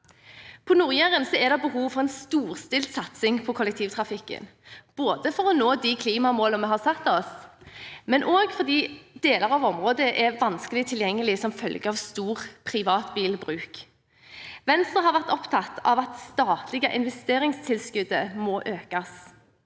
På Nord-Jæren er det behov for en storstilt satsing på kollektivtrafikken, både for å nå de klimamålene vi har satt oss, og fordi deler av området er vanskelig tilgjengelig som følge av stor privatbilbruk. Venstre har vært opptatt av at det statlige investeringstilskuddet må økes,